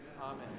Amen